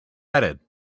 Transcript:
added